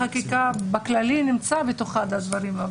בכללי נמצא את הדברים בתוך החקיקה,